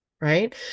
right